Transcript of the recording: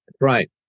Right